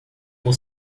por